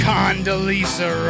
Condoleezza